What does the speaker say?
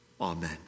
Amen